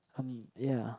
honey yeah